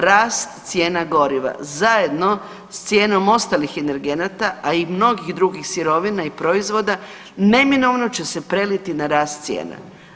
Rast cijena goriva zajedno s cijenom ostalih energenata, a i mnogih drugih sirovina i proizvoda neminovno će se preliti na rast cijena.